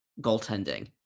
goaltending